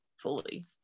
fully